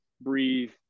breathe